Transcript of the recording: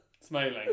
smiling